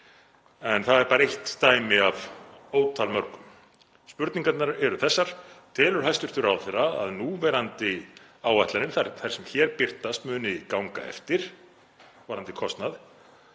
Það er bara eitt dæmi af ótal mörgum. Spurningarnar eru þessar: Telur hæstv. ráðherra að núverandi áætlanir, þær sem hér birtast, muni ganga eftir varðandi kostnað,